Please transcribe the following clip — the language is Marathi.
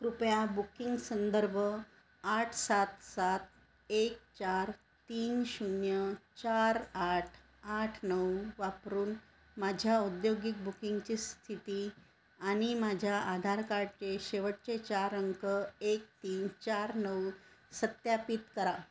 कृपया बुकिंग संदर्भ आठ सात सात एक चार तीन शून्य चार आठ आठ नऊ वापरून माझ्या औद्योगिक बुकिंगची स्थिती आणि माझ्या आधार कार्डचे शेवटचे चार अंक एक तीन चार नऊ सत्यापित करा